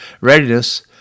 readiness